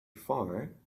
far